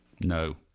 No